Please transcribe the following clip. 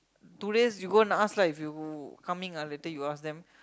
two days you go and ask lah if you coming ah later you ask them